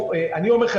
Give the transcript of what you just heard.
אני אומר לכם,